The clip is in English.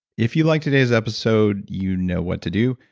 if you liked today's episode, you know what to do.